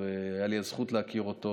הייתה לי הזכות להכיר אותו,